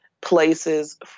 places